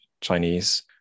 Chinese